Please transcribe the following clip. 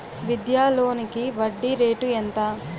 విద్యా లోనికి వడ్డీ రేటు ఎంత?